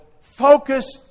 focus